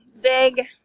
big